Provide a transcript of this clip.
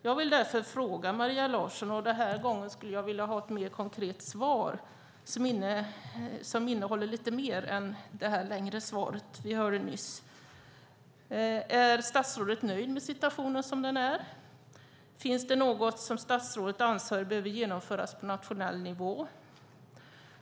Jag vill därför ställa några frågor till Maria Larsson, och den här gången skulle jag vilja ha ett mer konkret svar som innehåller lite mer än det längre svaret som vi hörde nyss. Är statsrådet nöjd med situationen som den är? Finns det något som statsrådet anser behöver genomföras på nationell nivå?